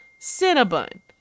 Cinnabon